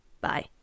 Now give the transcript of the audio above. Bye